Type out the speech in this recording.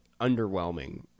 underwhelming